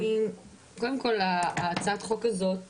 קודם כל, הצעת החוק הזאת